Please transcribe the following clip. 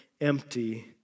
empty